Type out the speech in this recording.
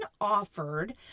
offered